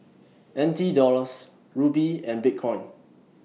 N T Dollars Rupee and Bitcoin